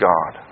God